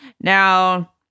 Now